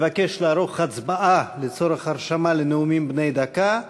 נבקש לערוך הצבעה לצורך הרשמה לנאומים בני דקה.